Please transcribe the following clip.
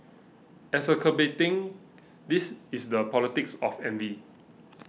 exacerbating this is the politics of envy